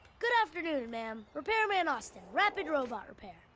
good afternoon, ma'am. repairman austin, rapid robot repair.